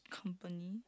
company